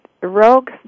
Rogue